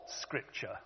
scripture